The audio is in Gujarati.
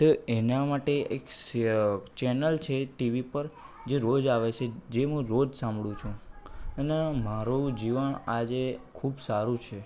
તો એના માટે એક સે ચેનલ છે એક ટીવી પર જે રોજ આવે છે જે મું રોજ સાંભળું છું અને મારું જીવન આજે ખૂબ સારું છે